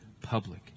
public